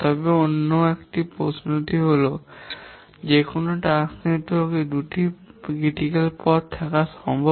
তবে অন্য প্রশ্নটি যে কোনও টাস্ক নেটওয়ার্কে দুটি সমালোচনামূলক পথ থাকা কি সম্ভব